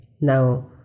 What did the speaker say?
Now